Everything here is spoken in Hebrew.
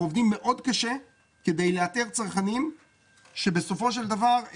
עובדים מאוד קשה כדי לאתר צרכנים שבסופו של דבר,